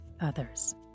others